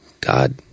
God